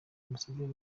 ambasaderi